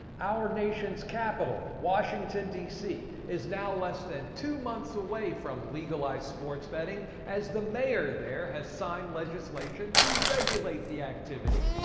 our nations capital, washington dc, is now less than two months away from legalized sports betting as the mayor there has signed legislation to regulate the activity.